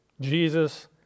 Jesus